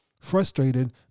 Frustrated